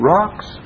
Rocks